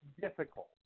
difficult